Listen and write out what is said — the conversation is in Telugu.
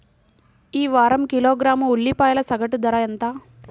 ఈ వారం కిలోగ్రాము ఉల్లిపాయల సగటు ధర ఎంత?